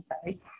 sorry